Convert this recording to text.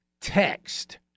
text